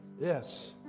Yes